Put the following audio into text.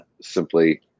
simply